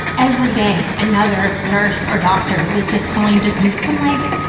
every day another nurse or doctor was just calling to conf, i'm like,